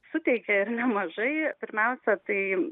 suteikė ir nemažai pirmiausia tai